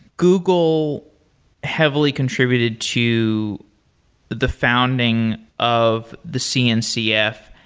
google heavily contributed to the founding of the cncf.